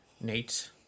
Nate